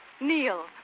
Neil